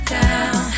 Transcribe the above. down